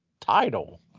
title